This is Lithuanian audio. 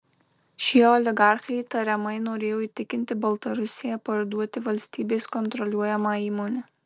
šie oligarchai tariamai norėjo įtikinti baltarusiją parduoti valstybės kontroliuojamą įmonę